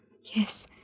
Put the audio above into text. Yes